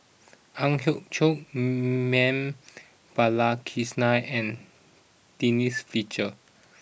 Ang Hiong Chiok Ma'am Balakrishnan and Denise Fletcher